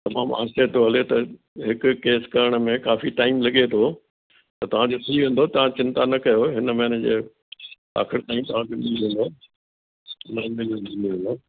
तमामु आहिस्ते थो हले त हिकु केस करण में काफ़ी टाईम लॻे थो त तव्हां जो थी वेंदो तव्हां चिंता न कयो हिन महीने जे आख़िरि ताईं तव्हां वटि मिली वेंदा